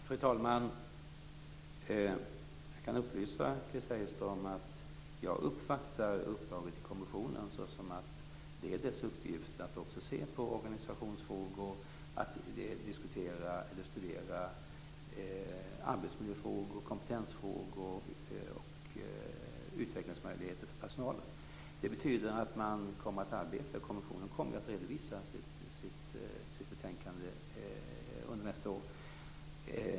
Fru talman! Jag kan upplysa Chris Heister om att jag uppfattar uppdraget till kommissionen så att det är dess uppgift att också se på organisationsfrågor och att diskutera eller studera arbetsmiljöfrågor, kompetensfrågor och utvecklingsmöjligheter för personalen. Kommissionen kommer att redovisa sitt betänkande nästa år.